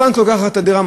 הבנק לוקח לך את הדירה,